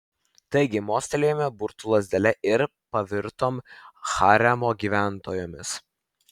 taigi mostelėjome burtų lazdele ir pavirtom haremo gyventojomis